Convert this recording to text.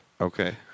Okay